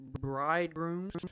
Bridegrooms